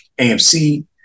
AMC